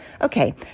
Okay